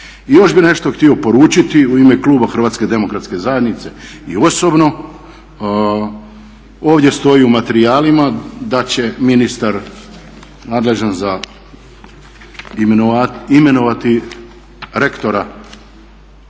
I još bih nešto htio poručiti u ime Kluba Hrvatske demokratske zajednice i osobno. Ovdje stoji u materijalima da će ministar nadležan za, imenovati rektora